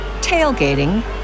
tailgating